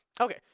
okay